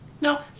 No